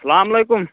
السلام علیکُم